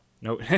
No